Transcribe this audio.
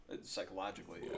Psychologically